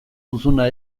duzuna